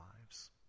lives